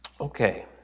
Okay